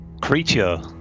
creature